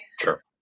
Sure